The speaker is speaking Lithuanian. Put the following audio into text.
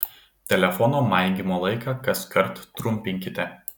telefono maigymo laiką kaskart trumpinkite